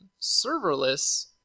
Serverless